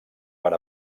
per